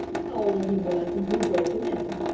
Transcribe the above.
how old he was and who broke him in.